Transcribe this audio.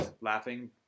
laughing